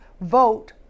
vote